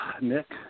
nick